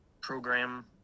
program